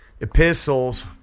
Epistles